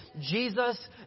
Jesus